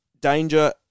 danger